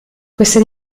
questa